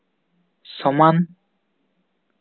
ᱥᱚᱢᱟᱱ